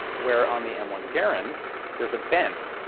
where on the m one garand there's a bend,